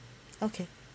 okay